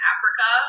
Africa